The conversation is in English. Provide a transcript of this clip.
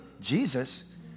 Jesus